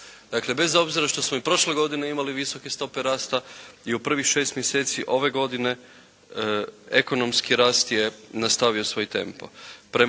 Dakle bez obzira što smo i prošle godine imali visoke stope rasta i u prvih 6 mjeseci ove godine ekonomski rast je nastavio svoj tempo.